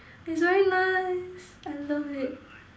it's very nice I love it